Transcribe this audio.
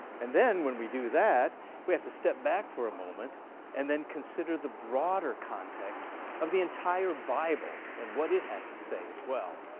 and then when we do that we have to step back for a moment and then consider the broader context of the entire bible and what it has to say as well.